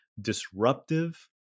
disruptive